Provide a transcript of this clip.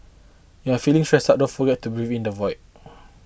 you are feeling stressed out don't forget to breathe in the void